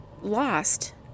lost